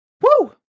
Woo